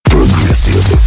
Progressive